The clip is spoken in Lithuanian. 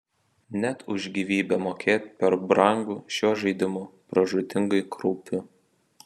net už gyvybę mokėt per brangu šiuo žaidimu pražūtingai kraupiu